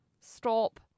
stop